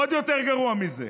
עוד יותר גרוע מזה,